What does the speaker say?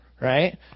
right